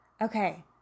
Okay